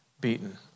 beaten